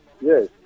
Yes